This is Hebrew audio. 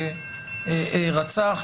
שרצח,